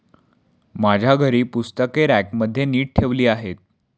माझ्या घरी पुस्तके रॅकमध्ये नीट ठेवली आहेत